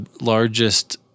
largest